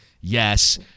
yes